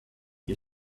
you